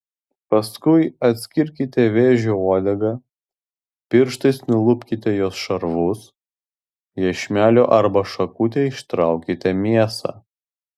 paskui atskirkite vėžio uodegą pirštais nulupkite jos šarvus iešmeliu arba šakute ištraukite mėsą